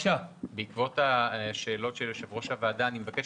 בעקבות השאלות של יושב-ראש הוועדה אני מבקש